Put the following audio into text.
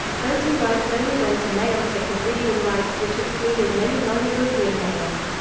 voting rights only went to males that could read and write, which excluded many non-european males.